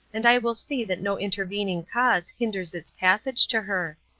and i will see that no intervening cause hinders its passage to her.